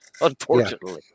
unfortunately